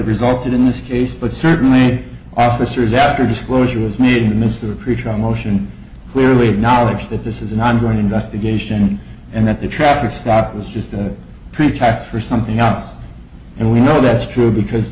resulted in this case but certainly officers after disclosure was made in the midst of a pretrial motion clearly knowledge that this is an ongoing investigation and that the traffic stop was just a pretext for something else and we know that's true because